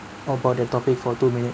about the topic for two minutes